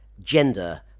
gender